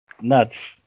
nuts